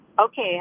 Okay